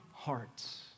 hearts